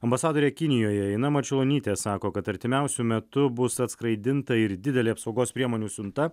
ambasadorė kinijoje ina marčiulionytė sako kad artimiausiu metu bus atskraidinta ir didelė apsaugos priemonių siunta